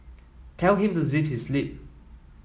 tell him to zip his lip